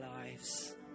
lives